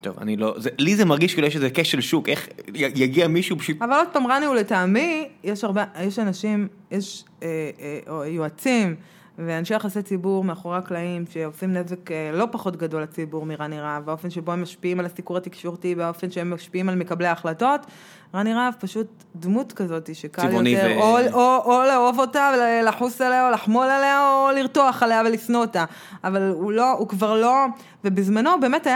טוב, אני לא... לי זה מרגיש כאילו יש איזה כשל שוק, איך יגיע מישהו בשביל... אבל עוד פעם, רני הוא לטעמי, יש אנשים, או יועצים, ואנשי יחסי ציבור מאחורי הקלעים שעושים נזק לא פחות גדול לציבור מרני רהב, באופן שבו הם משפיעים על הסיקור התקשורתי, באופן שהם משפיעים על מקבלי ההחלטות, רני רהב פשוט דמות כזאת שקל או לאהוב אותה ולחוס עליה או לחמול עליה או לרתוח עליה ולשנוא אותה, אבל הוא כבר לא, ובזמנו באמת היה...